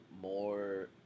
more